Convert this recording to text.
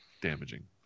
damaging